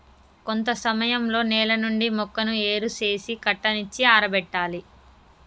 కొంత సమయంలో నేల నుండి మొక్కను ఏరు సేసి కట్టనిచ్చి ఆరబెట్టాలి